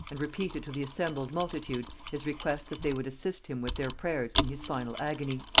and repeated to the assembled multitude his request that they would assist him with their prayers in his final agony.